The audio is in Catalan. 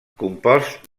compost